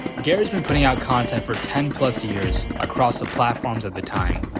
gary's been putting out content for ten plus years across the platforms at the time.